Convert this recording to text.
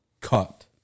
cut